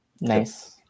Nice